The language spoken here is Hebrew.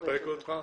זה מספק אותך?